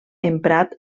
emprat